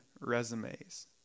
resumes